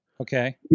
Okay